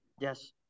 Yes